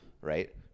right